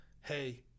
hey